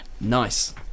Nice